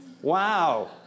Wow